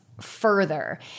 further